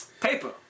Paper